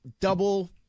double